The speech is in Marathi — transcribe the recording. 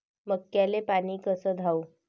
मक्याले पानी कस द्याव?